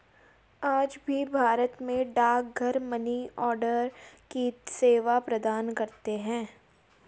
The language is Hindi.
आज भी भारत के डाकघर मनीआर्डर की सेवा प्रदान करते है